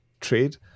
trade